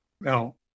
Now